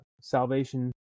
Salvation